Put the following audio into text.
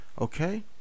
okay